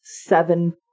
seven